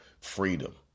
freedom